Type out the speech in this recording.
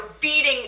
beating